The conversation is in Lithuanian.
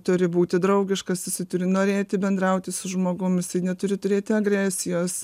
turi būti draugiškas jisai turi norėti bendrauti su žmogum jisai neturi turėti agresijos